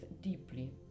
deeply